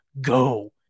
go